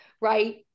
right